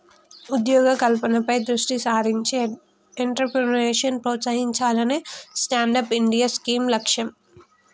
ఉద్యోగ కల్పనపై దృష్టి సారించి ఎంట్రప్రెన్యూర్షిప్ ప్రోత్సహించాలనే స్టాండప్ ఇండియా స్కీమ్ లక్ష్యం